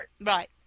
Right